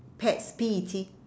pets P E T